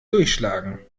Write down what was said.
durchschlagen